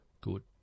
Good